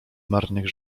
marnych